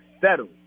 settle